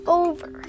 over